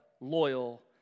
loyal